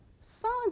sons